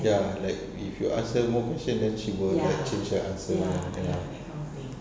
ya like if you ask her more question then she will like change her answer [what] ya